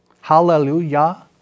Hallelujah